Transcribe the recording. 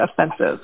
offensive